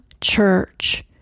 church